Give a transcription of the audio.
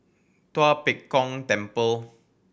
Tua Pek Kong Temple